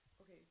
Okay